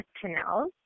Canals